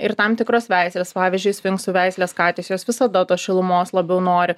ir tam tikros veislės pavyzdžiui sfinksų veislės katės jos visada tos šilumos labiau nori